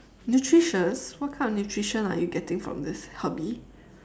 nutritious what kind of nutrition are you getting from this hobby